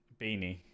beanie